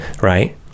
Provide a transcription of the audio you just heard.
right